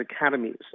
academies